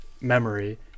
memory